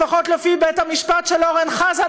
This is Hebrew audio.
לפחות לפי בית-המשפט של אורן חזן,